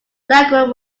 laguerre